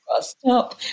Stop